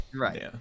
Right